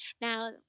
now